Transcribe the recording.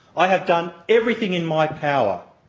i have done everything in my power,